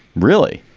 really?